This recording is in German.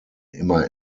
immer